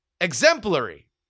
Exemplary